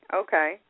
okay